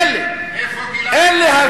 אלה, אלה הדברים.